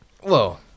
Whoa